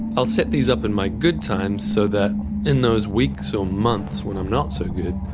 i'll set these up in my good times so that in those weeks or months when i'm not so good,